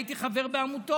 הייתי חבר בעמותות.